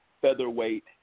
featherweight